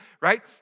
right